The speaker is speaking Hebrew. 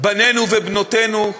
בנינו ובנותינו,